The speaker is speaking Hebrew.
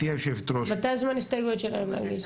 מתי זמן ההסתייגויות שלהם להגיש?